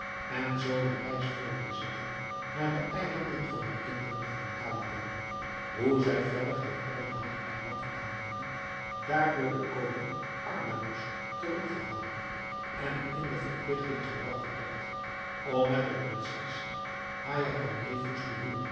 en zoo de reis voort te zetten naar de eilanden van de kinderen van khaladan hoe zij verder het ebbenhout eiland aandoende daar door den koning armanos teruggehouden en in de verpligting gebragt werd om met de prinses haïatalnefous te